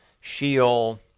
Sheol